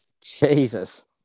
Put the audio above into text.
Jesus